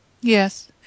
yes